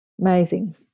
amazing